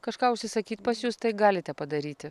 kažką užsisakyt pas jus tai galite padaryti